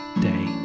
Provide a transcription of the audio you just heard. day